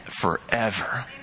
Forever